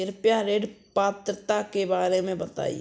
कृपया ऋण पात्रता के बारे में बताएँ?